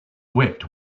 wept